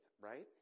right